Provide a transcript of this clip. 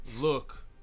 look